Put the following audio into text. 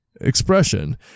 expression